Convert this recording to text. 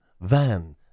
van